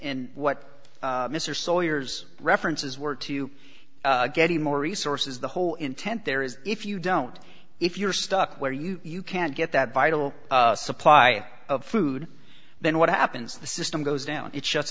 n what mr sawyer references were to you getting more resources the whole intent there is if you don't if you're stuck where you can't get that vital supply of food then what happens the system goes down it shuts